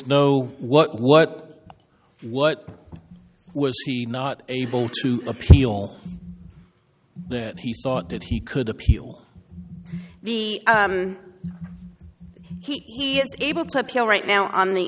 no what what what was he not able to appeal that he thought that he could appeal the he is able to appeal right now on the